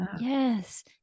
yes